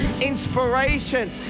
inspiration